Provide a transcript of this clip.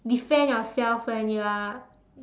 defend yourself when you are